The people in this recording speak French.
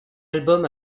album